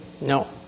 No